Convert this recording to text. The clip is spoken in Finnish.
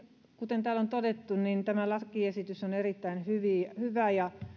kuten täällä on todettu tämä lakiesitys on erittäin hyvä